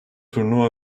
turnuva